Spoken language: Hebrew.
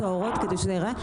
אוקיי?